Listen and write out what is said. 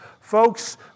Folks